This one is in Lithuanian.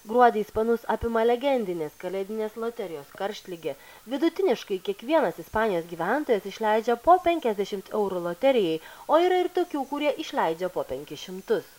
gruodį ispanus apima legendinės kalėdinės loterijos karštligė vidutiniškai kiekvienas ispanijos gyventojas išleidžia po penkiasdešimt eurų loterijai o yra ir tokių kurie išleidžia po penkis šimtus